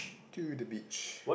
to the beach